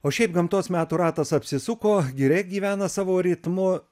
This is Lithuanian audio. o šiaip gamtos metų ratas apsisuko giria gyvena savo ritmu